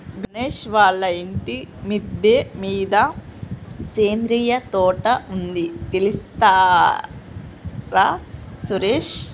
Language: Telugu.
గణేష్ వాళ్ళ ఇంటి మిద్దె మీద సేంద్రియ తోట ఉంది తెల్సార సురేష్